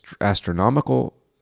astronomical